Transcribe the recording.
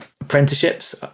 Apprenticeships